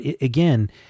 again